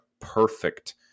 perfect